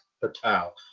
Patel